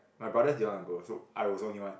my brother didn't want to go so I was only one